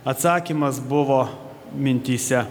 atsakymas buvo mintyse